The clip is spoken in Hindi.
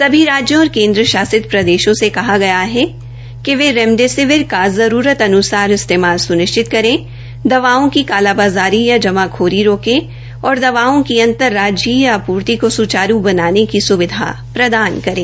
सभी राज्यों और केन्द्र शासित प्रदेशों से कहा गया है वे रेमडेसिविर का जरूरत अन्सार इस्तेमाल स्निश्चित करें दवाओं की कालाबाज़ारी या जमाखोरी रोके और दवाओं की अंतर राज्यीय आपूर्ति की सुचारू बनाने की सुविधा प्रदान करें